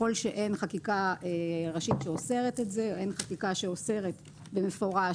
ככל שאין חקיקה ראשית שאוסרת את זה או אין חקיקה שאוסרת במפורש